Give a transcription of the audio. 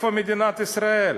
איפה מדינת ישראל?